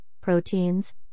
proteins